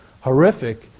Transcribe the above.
horrific